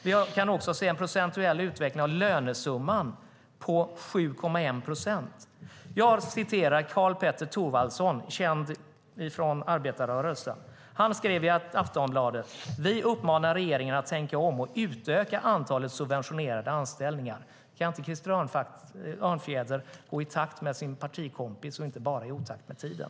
Vi kan också se en ökning av lönesumman på 7,1 procent. Jag citerar Karl-Petter Thorwaldsson, känd från arbetarrörelsen. Han skriver i Aftonbladet: "Vi uppmanar regeringen att tänka om - och utöka antalet subventionerade anställningar." Kan inte Krister Örnfjäder gå i takt med sin partikompis och inte bara i otakt med tiden?